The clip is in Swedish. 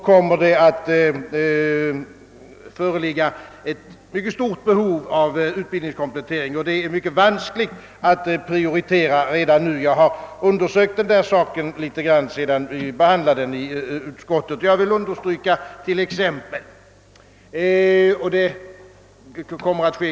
Det är därför mycket osäkert att prioritera redan nu. Jag har undersökt den där saken något, sedan vi behandlade den i utskottet.